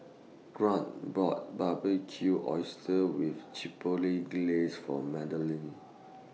Grant bought Barbecued Oysters with Chipotle Glaze For Madlyn